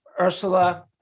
Ursula